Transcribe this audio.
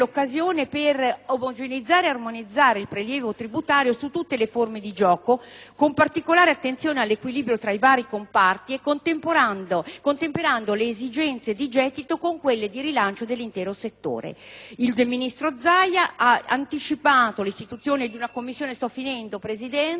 con particolare attenzione all'equilibrio tra i vari comparti, e contemperando le esigenze di gettito con quelle di rilancio dell'intero settore. Il ministro Zaia ha anticipato l'istituzione di una commissione di lavoro con i rappresentanti del settore.